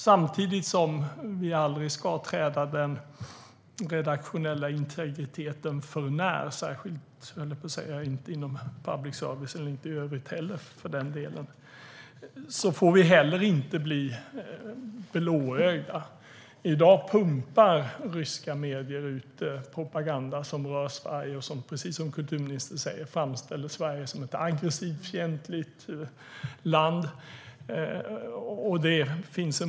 Samtidigt som vi aldrig ska träda den redaktionella integriteten för när, särskilt inte inom public service och inte i övrigt heller, för den delen, får vi heller inte bli alltför blåögda. I dag pumpar ryska medier ut propaganda som rör Sverige och som precis som kulturministern säger framställer Sverige som ett aggressivt, fientligt land.